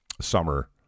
Summer